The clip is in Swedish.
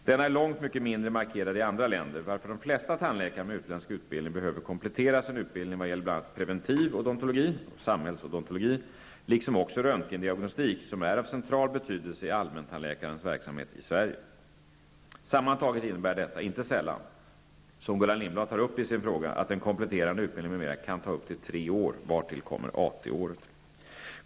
Denna är långt mycket mindre markerad i andra länder, varför de flesta tandläkare med utländsk utbildning behöver komplettera sin utbildning vad gäller bl.a. preventiv odontologi och samhällsodontologi liksom också röntgendiagnostik, som är av central betydelse i allmäntandläkarens verksamhet i Sverige. Sammantaget innebär detta inte sällan, som Gullan Lindblad tar upp i sin fråga, att den kompletterande utbildningen m.m. kan ta upp till tre år vartill kommer AT-året.